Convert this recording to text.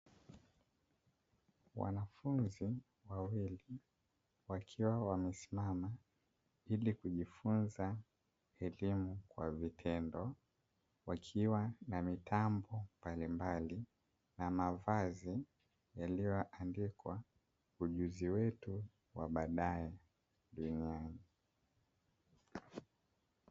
Wanafunzi wawili wakiwa wamesimama ili kujifunza elimu kwa vitendo, wakiwa na mitambo mbalimbali na mavazi yaliyoandikwa "ujuzi wetu wa baadaye duniani".